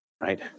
right